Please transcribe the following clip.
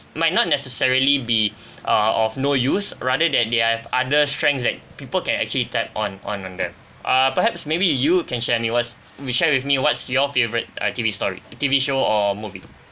might not necessarily be err of no use rather that they've other strength that people can actually tap on on on them uh perhaps maybe you can share me what's we share with me what's your favorite err T_V story T_V show or movie